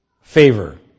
favor